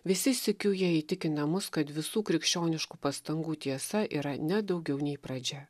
visi sykiu jie įtikina mus kad visų krikščioniškų pastangų tiesa yra ne daugiau nei pradžia